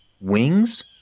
Wings